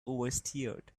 oversteered